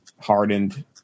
hardened